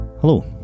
Hello